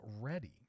ready